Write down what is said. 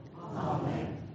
Amen